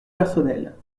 personnelle